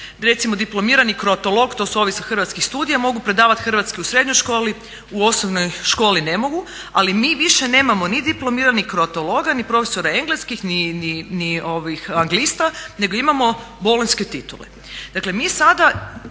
Recimo diplomirani kroatolog, to su ovi sa hrvatskih studija, mogu predavat hrvatski u srednjoj školi, u osnovnoj školi ne mogu, ali mi više nemamo ni diplomiranih kroatologa ni profesora engleskog ni anglista nego imamo bolonjske titule.